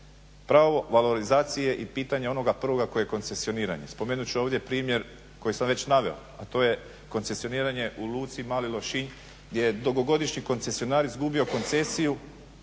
Pravo valorizacije i pitanja onoga prvoga koje je koncesioniranje. Spomenut ću ovdje primjer koji sam veća naveo, a to je koncesioniranje u luci Mali Lošinj gdje je dugogodišnji koncesionar izgubio koncesiju